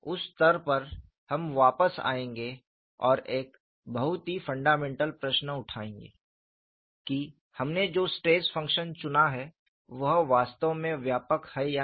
उस स्तर पर हम वापस आएंगे और एक बहुत ही फंडामेंटल प्रश्न उठाएंगे कि हमने जो स्ट्रेस फंक्शन चुना है वह वास्तव में व्यापक है या नहीं